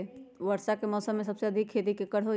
वर्षा के मौसम में सबसे अधिक खेती केकर होई?